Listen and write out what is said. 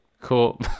Cool